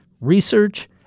research